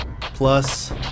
plus